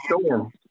storm